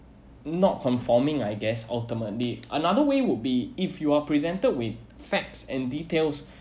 not conforming I guess ultimately another way would be if you are presented with facts and details